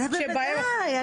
בוודאי.